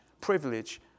privilege